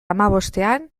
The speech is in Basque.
hamabostean